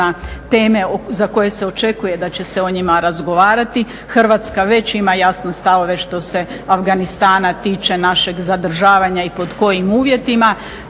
Hrvatska već ima jasno stavove što se Afganistana tiče našeg zadržavanja i pod kojim uvjetima.